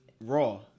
Raw